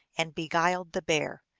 and be guiled the bear.